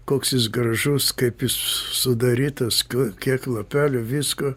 koks jis gražus kaip jis sudarytas kiek lapelių visko